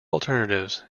alternatives